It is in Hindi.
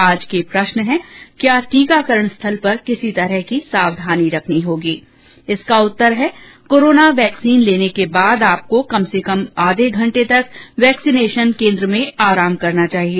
आज का प्रश्न है क्या टीकाकरण स्थल पर किसी तरह की सावधानी रखनी होगी इसका उत्तर है कोरोना वैक्सीन लेने के बाद आपको कम से कम आधे घंटे तक वैक्सीनेशन केन्द्र में आराम करना चाहिए